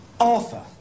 Arthur